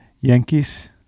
Yankees